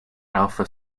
alpha